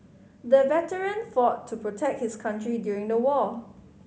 the veteran fought to protect his country during the war